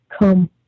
come